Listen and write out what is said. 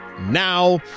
now